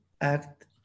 act